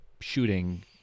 shooting